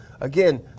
Again